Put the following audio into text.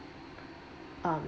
um